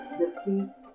defeat